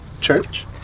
church